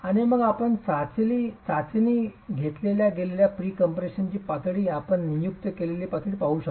आणि मग आपण चाचणी घेतल्या गेलेल्या प्रीकम्प्रेशनची पातळी आपण नियुक्त केलेली पातळी बदलू शकता